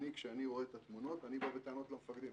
כשאני רואה את התמונות אני בא בטענות למפקדים.